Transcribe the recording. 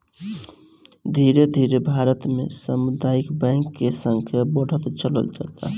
धीरे धीरे भारत में सामुदायिक बैंक के संख्या बढ़त चलल जाता